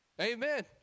Amen